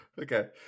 Okay